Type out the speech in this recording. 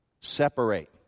separate